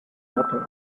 nothing